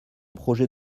projet